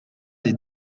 les